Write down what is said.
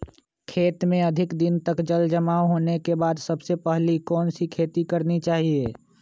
खेत में अधिक दिनों तक जल जमाओ होने के बाद सबसे पहली कौन सी खेती करनी चाहिए?